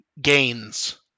gains